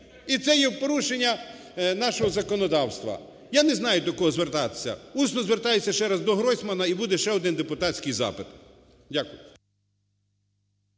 і це є в порушення нашого законодавства. Я не знаю, до кого звертатися! Усно звертаюся ще раз до Гройсмана, і буде ще один депутатський запит. Дякую.